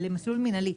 למסלול מינהלי.